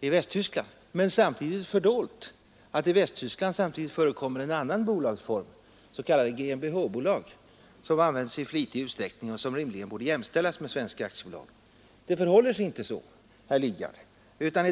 i Västtyskland. Men samtidigt är fördolt att i Västtyskland dessutom förekommer en annan bolagsform, s.k. GmbH bolag, som används i flitig utsträckning och rimligen borde jämställas med svenska aktiebolag. Det förhåller sig inte så.